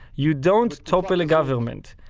you don't topple a government.